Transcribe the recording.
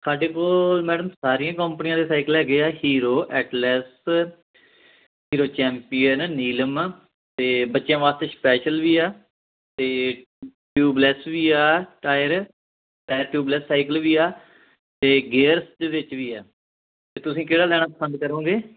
ਸਾਡੇ ਕੋਲ ਮੈਡਮ ਸਾਰੀਆਂ ਕੰਪਨੀਆਂ ਦੇ ਸਾਈਕਲ ਹੈਗੇ ਆ Hero Atlas Hero champion Neelam ਅਤੇ ਬੱਚਿਆ ਵਾਸਤੇ ਸਪੈਸ਼ਲ ਵੀ ਆ ਅਤੇ ਟਿਊਬਲੈੱਸ ਵੀ ਆ ਟਾਇਰ ਟਾਇਰ ਟਿਊਬਲੈੱਸ ਸਾਈਕਲ ਵੀ ਆ ਅਤੇ ਗੇਅਰਸ ਵਿੱਚ ਵੀ ਆ ਅਤੇ ਤੁਸੀਂ ਕਿਹੜਾ ਲੈਣਾ ਪਸੰਦ ਕਰੋਗੇ